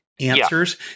answers